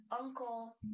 uncle